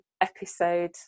episode